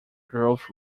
growth